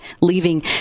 leaving